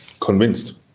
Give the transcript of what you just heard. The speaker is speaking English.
convinced